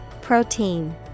Protein